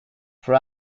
for